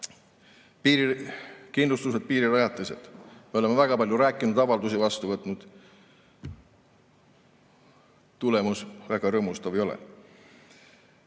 Piirikindlustused, piirirajatised: me oleme neist väga palju rääkinud, avaldusi vastu võtnud. Tulemus väga rõõmustav ei ole. Kui